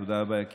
תודה רבה,